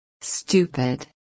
Stupid